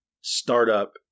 startup